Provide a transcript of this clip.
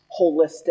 holistic